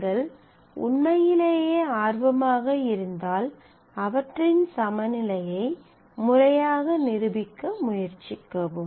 நீங்கள் உண்மையிலேயே ஆர்வமாக இருந்தால் அவற்றின் சமநிலையை முறையாக நிரூபிக்க முயற்சிக்கவும்